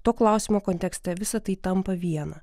to klausimo kontekste visa tai tampa viena